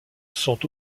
sont